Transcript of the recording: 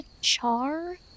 char